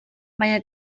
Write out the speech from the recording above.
baina